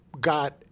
got